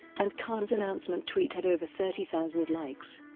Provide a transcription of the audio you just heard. and khan's announcement tweet had over thirty thousand likes.